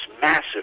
massive